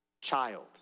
child